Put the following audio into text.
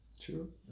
true